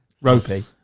Ropey